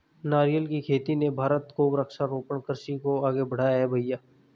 नारियल की खेती ने भारत को वृक्षारोपण कृषि को आगे बढ़ाया है भईया